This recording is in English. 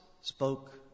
spoke